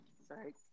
Sorry